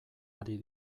ari